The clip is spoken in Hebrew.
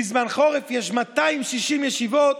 בזמן חורף יש 260 ישיבות,